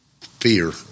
fear